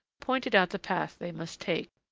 pointed out the path they must take,